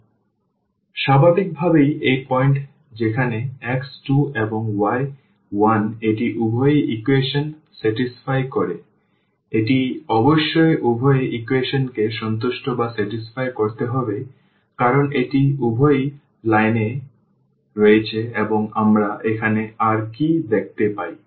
সুতরাং স্বাভাবিকভাবেই এই পয়েন্ট যেখানে x 2 এবং y 1 এটি উভয় ইকুয়েশন সন্তুষ্ট করে এটি অবশ্যই উভয় ইকুয়েশনকে সন্তুষ্ট করতে হবে কারণ এটি উভয় লাইনে রয়েছে এবং আমরা এখানে আর কী দেখতে পাই